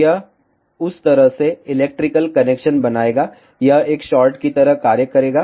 तो यह उस तरह से इलेक्ट्रिकल कनेक्शन बनाएगा यह एक शॉर्ट की तरह कार्य करेगा